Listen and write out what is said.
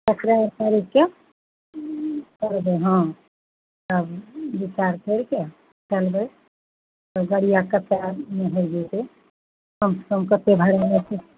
सत्रहे तारीख के करबै हँ तब बिचार करिके करबे तऽ गड़िया कतेक आदमीमे होए जैतै कम से कम कतेक भाड़ा होयतै